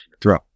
throw